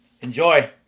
Enjoy